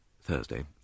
Thursday